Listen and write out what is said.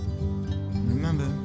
Remember